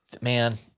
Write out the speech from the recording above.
man